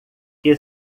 que